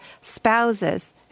spouses